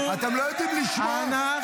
אין לתאר.